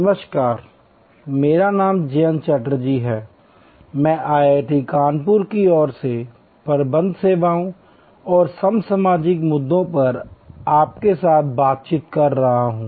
नमस्कार मेरा नाम जयंत चटर्जी है मैं IIT कानपुर की ओर से प्रबंध सेवाओं और समसामयिक मुद्दों पर आपके साथ बातचीत कर रहा हूं